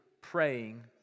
praying